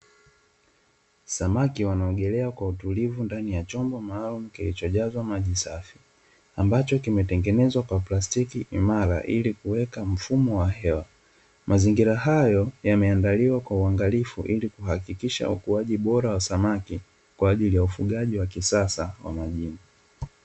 Samaki wanaogelea kwa utulivu ndani ya chombo maalumu kilichojazwa maji safi ambacho kimetengenezwa kwa plastiki imara ili kuweka mfumo wa hewa, mazingira hayo yameandaliwa kwa uangalifu ili kuhakikisha ukuaji bora wa samaki kwa ajili ya ufugaji wa kisasa wa majini.